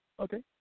Okay